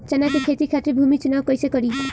चना के खेती खातिर भूमी चुनाव कईसे करी?